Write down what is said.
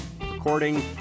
recording